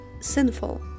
sinful